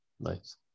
Nice